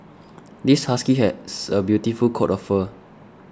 this husky has a beautiful coat of fur